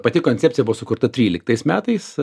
pati koncepcija buvo sukurta tryliktais metais